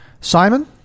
Simon